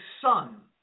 son